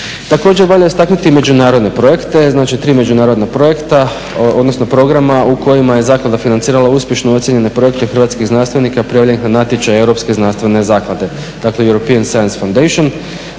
Također valja istaknuti međunarodne projekte, znači tri međunarodna projekta, odnosno programa u kojima je zaklada financirala uspješno ocjenjene projekte hrvatskih znanstvenika prijavljenih na natječaj Europske znanstvene zaklade. Dakle European science fundation